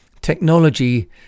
Technology